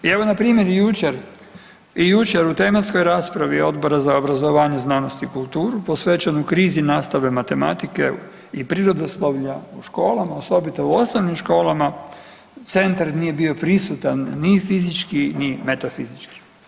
I evo npr. i jučer, i jučer u tematskoj raspravi Odbora za obrazovanje, znanost i kulturu posvećenoj krizi nastave matematike i prirodoslovlja u školama, osobito u osnovnim školama, centar nije bio prisutan ni fizički, ni metafizički.